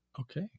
Okay